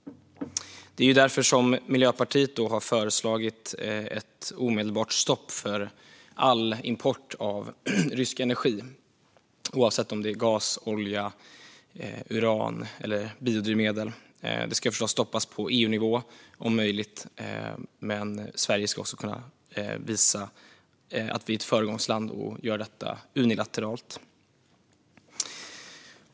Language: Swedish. Det är därför som Miljöpartiet har föreslagit ett omedelbart stopp för all import av rysk energi oavsett om det är gas, olja, uran eller biodrivmedel. Det ska förstås stoppas på EU-nivå om möjligt, men Sverige ska också kunna visa att vi är ett föregångsland och göra det unilateralt.